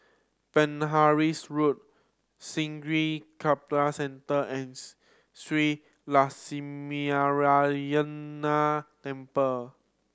Penhas Road Sungei Kadut Central and Shree Lakshminarayanan Temple